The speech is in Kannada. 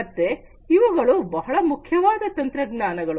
ಮತ್ತೆ ಇವುಗಳು ಬಹಳ ಮುಖ್ಯವಾದ ತಂತ್ರಜ್ಞಾನಗಳು